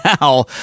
now